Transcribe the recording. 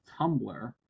Tumblr